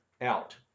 out